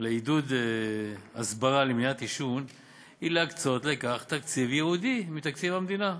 לעידוד הסברה למניעת עישון היא להקצות לכך תקציב ייעודי מתקציב המדינה,